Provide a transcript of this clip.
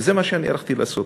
וזה מה שאני הלכתי לעשות.